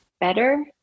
better